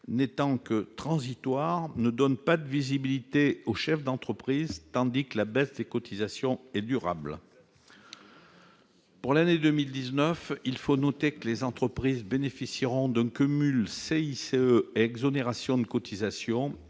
n'étant que transitoire, ne donne pas de visibilité aux chefs d'entreprise, tandis que la baisse des cotisations est durable. Pour l'année 2019, il faut noter que les entreprises bénéficieront d'un cumul du CICE et des exonérations de cotisations